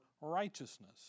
righteousness